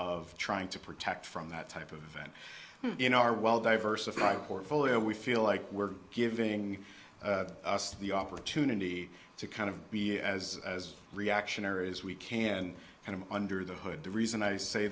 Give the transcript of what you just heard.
trying to protect from that type of event you know our well diversified portfolio we feel like we're giving us the opportunity to kind of be as reactionary as we can kind of under the hood the reason i say